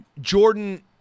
Jordan –